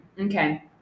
okay